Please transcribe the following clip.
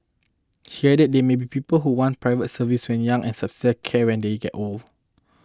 he added there may be people who want private service when young and subsidised care when they get old